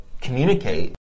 communicate